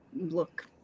look